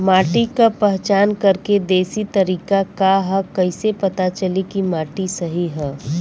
माटी क पहचान करके देशी तरीका का ह कईसे पता चली कि माटी सही ह?